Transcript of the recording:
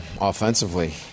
offensively